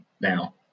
Now